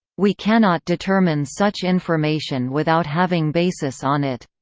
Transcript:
we cannot determine such information without having basis on it.